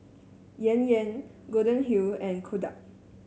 Yan Yan Golden Wheel and Kodak